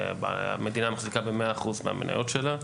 המדינה מחזיקה ב-100% מהמניות שלה.